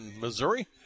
Missouri